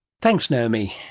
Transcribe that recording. thanks naomi.